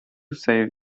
save